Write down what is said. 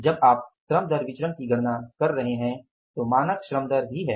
जब आप श्रम दर विचरण की गणना कर रहे हैं तो मानक श्रम दर भी है